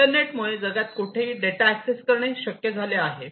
internet मुळे जगात कोठेही डेटा एक्सेस करणे शक्य झाले आहे